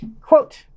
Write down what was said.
Quote